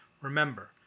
Remember